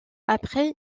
après